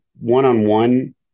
one-on-one